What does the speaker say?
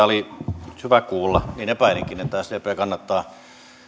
oli hyvä kuulla niin epäilinkin että sdp kannattaa